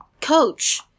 Coach